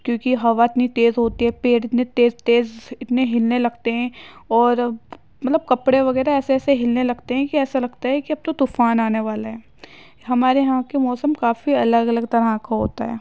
کیونکہ ہوا اتنی تیز ہوتی ہے پیڑ اتنے تیز تیز اتنے ہلنے لگتے ہیں اور مطلب کپڑے وغیرہ ایسے ایسے ہلنے لگتے ہیں کہ ایسا لگتا ہے کہ اب تو طوفان آنے والا ہے ہمارے یہاں کے موسم کافی الگ الگ طرح کا ہوتا ہے